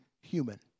human